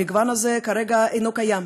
המגוון הזה כרגע אינו קיים,